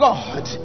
God